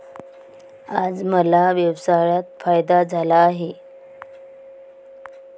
आज मला व्यवसायात फायदा झाला आहे